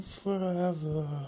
forever